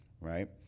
right